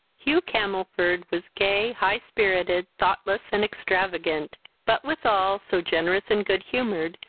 hugh camelford was gay, high spirited, thoughtless, and extravagant but with all so generous and good humoured,